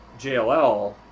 JLL